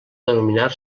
denominar